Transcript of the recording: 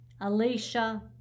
Alicia